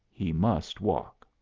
he must walk.